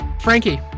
Frankie